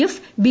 F B